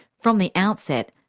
from the outset,